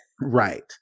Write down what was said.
Right